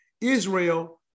Israel